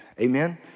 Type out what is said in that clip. amen